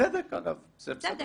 בצדק אגב, זה בסדר גמור.